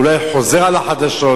אולי חוזרת על החדשות,